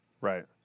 Right